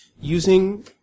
Using